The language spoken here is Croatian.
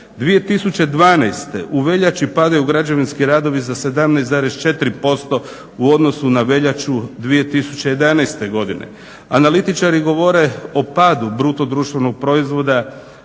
2012. u veljači padaju građevinski radovi za 17,4% u odnosu na veljaču 2011. godine. Analitičari govore o padu bruto društvenog proizvoda